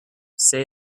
say